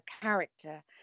character